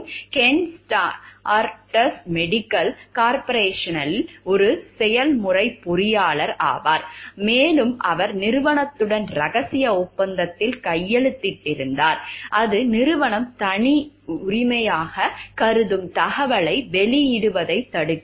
Ken Stardust chemical கார்ப்பரேஷனில் ஒரு செயல்முறைப் பொறியாளர் ஆவார் மேலும் அவர் நிறுவனத்துடன் இரகசிய ஒப்பந்தத்தில் கையெழுத்திட்டார் அது நிறுவனம் தனியுரிமமாகக் கருதும் தகவலை வெளியிடுவதைத் தடுக்கிறது